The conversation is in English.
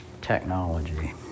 technology